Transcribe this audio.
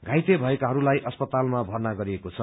घाइते भएकाहरूलाई अस्पतालमा भर्ना गरिएको छ